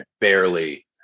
barely